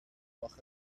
داخل